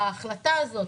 ההחלטה הזאת,